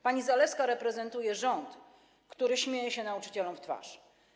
Pani Zalewska reprezentuje rząd, który śmieje się nauczycielom w twarz.